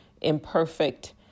imperfect